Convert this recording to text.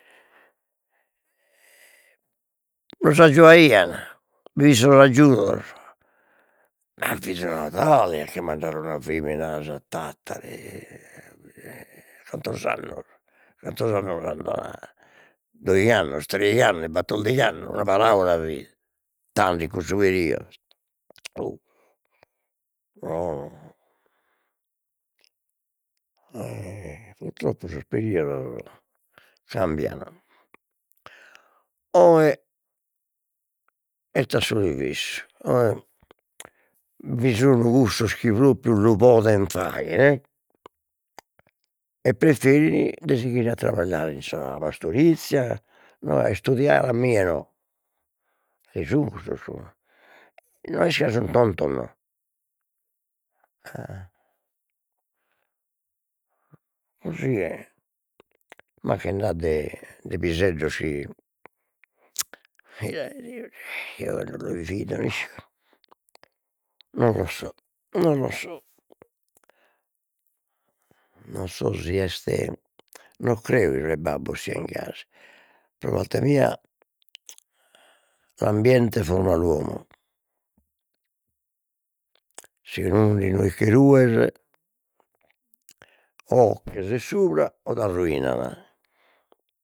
Los aggiuaian, bi fin sos aggiudos, a fit una a che mandare una femina 'asi a Tattari cantos annos, cantos annos doigh'annos treigh'annos, battordigh'annos, una paraula fit tando in cussu periodo o no o purtroppo sos periodos cambian, oe est a su revessu, oe bi sun cussos chi propriu lu poden fagher, e preferin de sighire a trabagliare in sa pastorizia, no a istudiare a mie no, che sun custos puru, no est ca sun tontos, no così è, ma che nd'at de de piseddos chi s'ira 'e Deu, eo cando los vido no isco non lo so non lo so non so si est, non creo chi sos babbos sien gasi, pro parte mia s'ambiente forma l'uomo, segundu inue che rues o che ses subra o t'arruinan